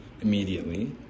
immediately